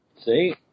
See